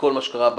מה זה לא השמיצה?